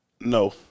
No